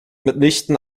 mitnichten